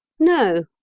no,